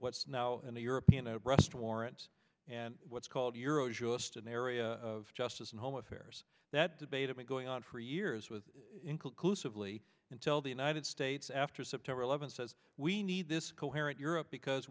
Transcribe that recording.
and the european rust warrants and what's called euro just an area of justice and home affairs that debated going on for years with inclusively until the united states after september eleventh says we need this coherent europe because